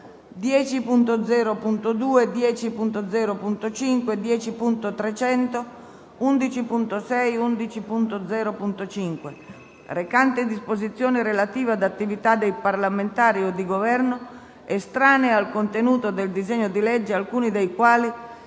10.0.2, 10.0.5, 10.300, 11.6, 11.0.5, recanti disposizioni relative ad attività dei parlamentari o di Governo, estranei al contenuto del disegno di legge, alcuni dei quali